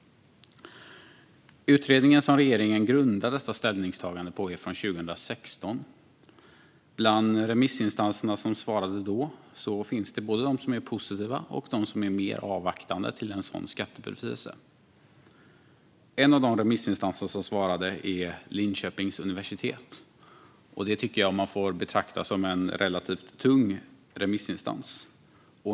Utredningen som regeringen grundar detta ställningstagande på är från 2016. Bland remissinstanserna som då svarade finns både de som är positiva och de som är mer avvaktande till en sådan skattebefrielse. En av de som svarade är Linköpings universitet, som får betraktas som en relativt tung remissinstans.